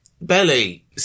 belly